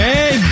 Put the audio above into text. Hey